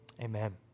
amen